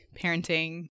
parenting